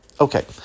Okay